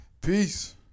Peace